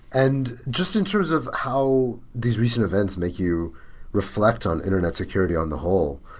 and just in terms of how these recent events make you reflect on internet security on the whole,